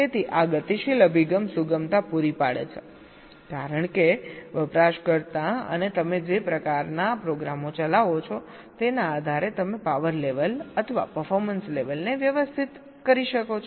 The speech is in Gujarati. તેથી આ ગતિશીલ અભિગમ સુગમતા પૂરી પાડે છેકારણ કે વપરાશકર્તા અને તમે જે પ્રકારનાં પ્રોગ્રામો ચલાવો છો તેના આધારે તમે પાવર લેવલ અથવા પરફોર્મન્સ લેવલને વ્યવસ્થિત કરી શકો છો